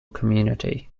community